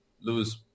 lose